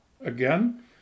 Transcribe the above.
Again